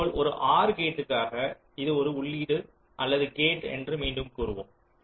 இதேபோல் ஒரு OR gate டுக்காக இது ஒரு உள்ளீடு அல்லது கேட் என்று மீண்டும் கூறுவோம்